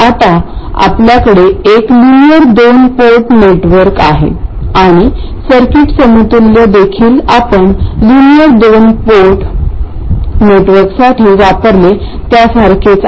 आता आपल्याकडे एक लिनिअर दोन पोर्ट नेटवर्क आहे आणि सर्किट समतुल्य देखील आपण लिनिअर दोन पोर्ट नेटवर्कसाठी वापरले त्यासारखेच आहे